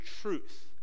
truth